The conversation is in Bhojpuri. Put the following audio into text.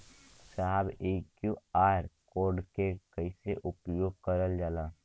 साहब इ क्यू.आर कोड के कइसे उपयोग करल जाला?